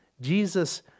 Jesus